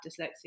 dyslexia